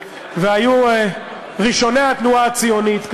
אלא היו כאן ראשוני התנועה הציונית,